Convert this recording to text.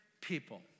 people